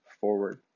forward